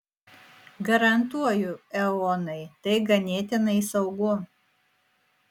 garantuoju eonai tai ganėtinai saugu